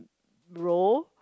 role